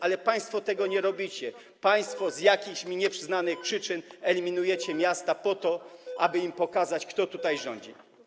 Ale państwo tego nie robicie, państwo z jakichś mi nieznanych przyczyn eliminujecie miasta po to, aby im pokazać, kto tutaj rządzi.